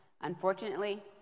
Unfortunately